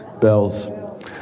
Bells